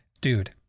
dude